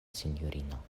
sinjorino